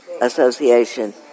Association